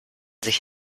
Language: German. sich